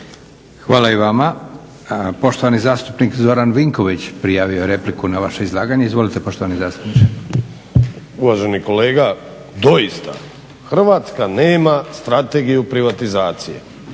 Hvala i vama. Poštovani zastupnik Zoran Vinković, prijavio je repliku na vaše izlaganje. Izvolite poštovani zastupniče. **Vinković, Zoran (HDSSB)** Uvaženi kolega doista Hrvatska nema strategiju privatizacije,